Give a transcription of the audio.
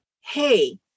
Hey